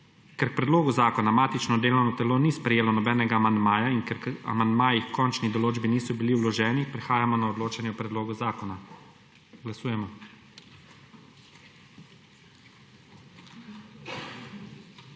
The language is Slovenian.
Ker k predlogu zakona matično delovno telo ni sprejelo nobenega amandmaja in ker k amandmaji h končni določbi niso bili vloženi prehajamo na odločanje o predlogu zakona. Glasujemo.